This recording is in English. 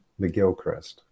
McGilchrist